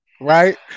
Right